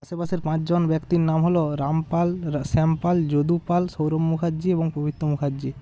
আশেপাশের পাঁচজন ব্যক্তির নাম হলো রাম পাল শ্যাম পাল যদু পাল সৌরভ মুখার্জি এবং পবিত্র মুখার্জি